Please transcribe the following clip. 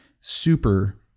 super